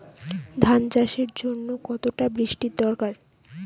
ধান চাষের জন্য কতটা বৃষ্টির দরকার?